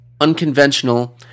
unconventional